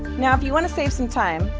now if you want to save some time,